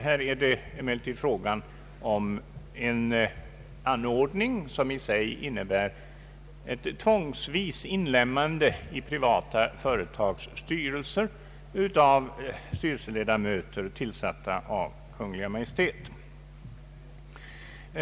Här är det emellertid fråga om en anordning som i sig innebär ett tvångsvis inlemmande i privata företags styrelser av styrelseledamöter tillsatta av Kungl. Maj:t.